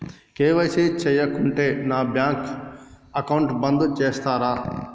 KYC చేయకుంటే నా bank account బంద్ చేస్తరా?